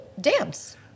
dance